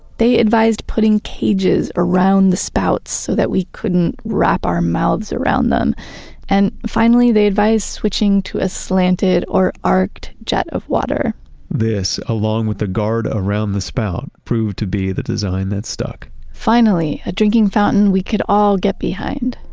they advised putting cages around the spouts so that we couldn't wrap our mouths around them and finally, they advise switching to a slanted or arc jet of water this, along with the guard around the spout, proved to be the design that stuck finally, a drinking fountain we could all get behind,